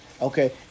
Okay